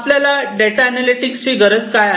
आपल्याला data analytics ची गरज काय आहे